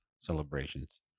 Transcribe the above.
celebrations